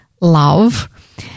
love